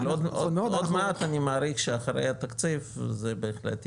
אבל עוד מעט אני מעריך שאחרי התקציב זה בהחלט יעבור.